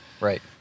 right